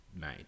made